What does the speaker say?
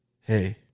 hey